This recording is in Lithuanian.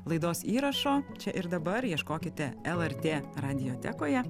laidos įrašo čia ir dabar ieškokite lrt radiotekoje